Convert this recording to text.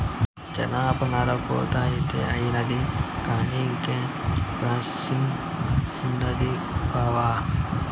జనపనార కోత అయితే అయినాది కానీ ఇంకా ప్రాసెసింగ్ ఉండాది బావా